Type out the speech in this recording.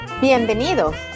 Bienvenidos